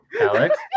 Alex